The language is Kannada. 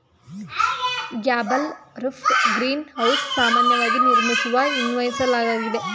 ಗ್ಯಾಬಲ್ ರುಫ್ಡ್ ಗ್ರೀನ್ ಹೌಸ್ ಸಾಮಾನ್ಯವಾಗಿ ನಿರ್ಮಿಸುವ ಗ್ರೀನ್ಹೌಸಗಳಾಗಿವೆ